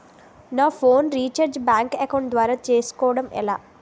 నా phone recharge bank account ద్వారా చేసుకోవటం ఎలా?